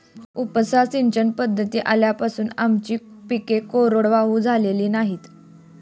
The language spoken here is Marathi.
उपसा सिंचन पद्धती आल्यापासून आमची पिके कोरडवाहू झालेली नाहीत